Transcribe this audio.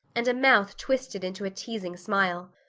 and a mouth twisted into a teasing smile.